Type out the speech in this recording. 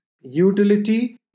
utility